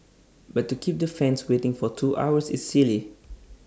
but to keep the fans waiting for two hours is silly